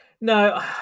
No